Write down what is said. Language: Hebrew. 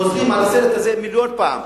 חוזרים על הסרט הזה מיליון פעם.